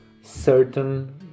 certain